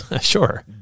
Sure